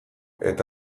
eta